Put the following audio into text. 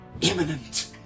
imminent